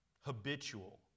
habitual